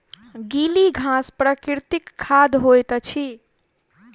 गीली घास प्राकृतिक खाद होइत अछि